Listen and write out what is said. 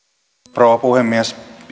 rouva puhemies